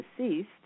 deceased